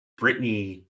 Britney